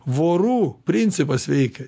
vorų principas veikia